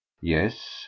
Yes